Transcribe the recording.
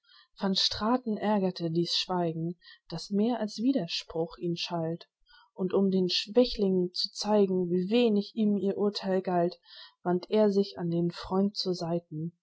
van straten ärgerte dies schweigen das mehr als widerspruch ihn schalt und um den schwächlingen zu zeigen wie wenig ihm ihr urtheil galt wandt er sich an den freund zur seiten